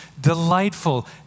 delightful